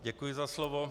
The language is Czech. Děkuji za slovo.